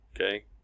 Okay